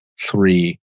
three